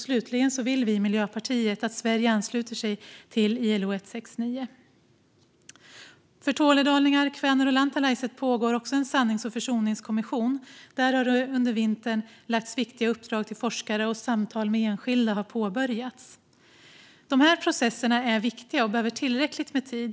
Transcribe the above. Slutligen vill vi i Miljöpartiet att Sverige ansluter sig till ILO 169. Även för tornedalingar, kväner och lantalaiset pågår arbete med en sannings och försoningskommission. Där har det under vintern getts viktiga uppdrag till forskare, och samtal med enskilda har påbörjats. De här processerna är viktiga och behöver tillräckligt med tid.